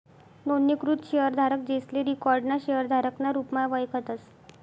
नोंदणीकृत शेयरधारक, जेसले रिकाॅर्ड ना शेयरधारक ना रुपमा वयखतस